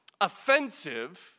offensive